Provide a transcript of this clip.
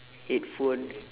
headphone